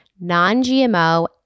non-GMO